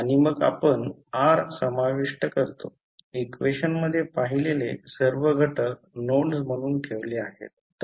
आणि मग आपण R समाविष्ट करतो इक्वेशन मध्ये पाहिलेले सर्व घटक नोड्स म्हणून ठेवले आहेत